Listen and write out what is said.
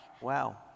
Wow